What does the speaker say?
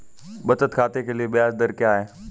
बचत खाते के लिए ब्याज दर क्या है?